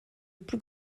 plus